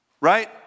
right